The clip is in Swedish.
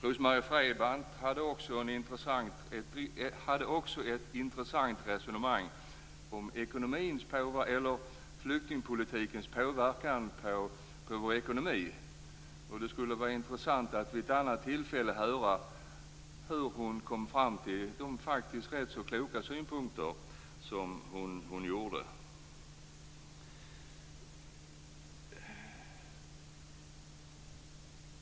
Rose-Marie Frebran förde också ett intressant resonemang om flyktingpolitikens påverkan på vår ekonomi. Det skulle vara intressant att vid ett annat tillfälle höra hur hon kom fram till de faktiskt ganska kloka synpunkter som hon hade.